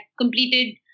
completed